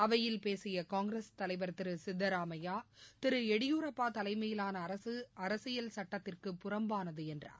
அவையில் பேசியகாங்கிரஸ் தலைவர் திருசித்தராமையா திருளடியூரப்பாதலைமையிலானஅரசு அரசியல் சுட்டத்திற்கு புறம்பானதுஎன்றார்